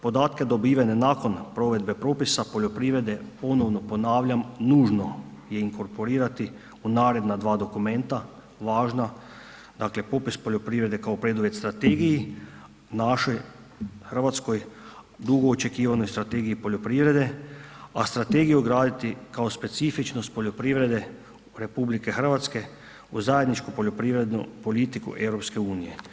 Podatke dobivene nakon provedbe popisa poljoprivrede, ponovo ponavljam, nužno je inkorporirati u naredna dva dokumenta važna, dakle popis poljoprivrede kao preduvjet strategiji, našoj, hrvatskoj, dugo očekivanoj strategiji poljoprivrede, a strategiju ugraditi kao specifičnost poljoprivrede RH u zajedničku poljoprivrednu politiku EU.